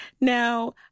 Now